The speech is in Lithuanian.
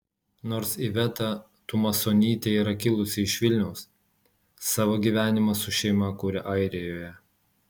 nors iveta tumasonytė yra kilusi iš vilniaus savo gyvenimą su šeima kuria airijoje